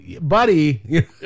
Buddy